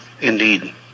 Indeed